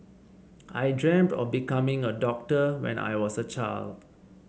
I dreamt of becoming a doctor when I was a child